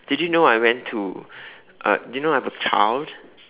did you know I went to uh did you know I have a child